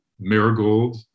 Marigold